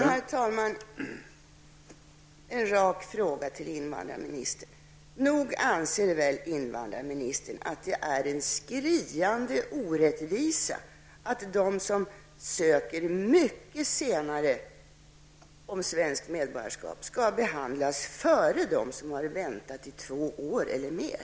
Herr talman! En rak fråga till invandrarministern: Nog anser väl invandrarministern att det är en skriande orättvisa att de som mycket senare ansökt om svenskt medborgarskap skall få sina ansökningar behandlade före dem som har väntat i två år eller mer?